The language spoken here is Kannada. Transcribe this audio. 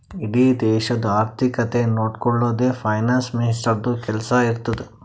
ಇಡೀ ದೇಶದು ಆರ್ಥಿಕತೆ ನೊಡ್ಕೊಳದೆ ಫೈನಾನ್ಸ್ ಮಿನಿಸ್ಟರ್ದು ಕೆಲ್ಸಾ ಇರ್ತುದ್